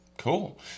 Cool